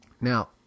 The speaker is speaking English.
Now